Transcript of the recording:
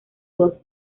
dos